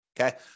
Okay